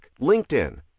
LinkedIn